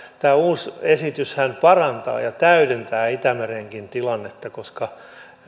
tämä uusi esityshän parantaa ja täydentää itämerenkin tilannetta koska